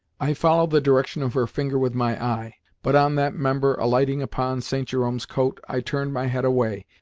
i followed the direction of her finger with my eye, but on that member alighting upon st. jerome's coat, i turned my head away,